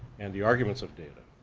and the arguments of data.